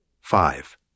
Five